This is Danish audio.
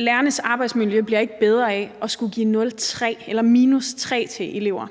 lærernes arbejdsmiljø ikke bliver bedre af at skulle give 03 eller -3 til elever.